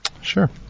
sure